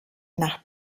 nach